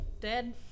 Dead